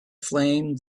flame